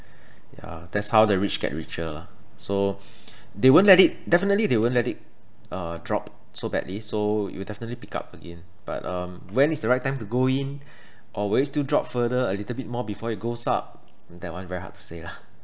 ya that's how the rich get richer lah so they won't let it definitely they won't let it uh drop so badly so it will definitely pick up again but when is the right time to go in or will it still drop further a little bit more before it goes up that one very hard to say lah